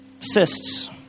cysts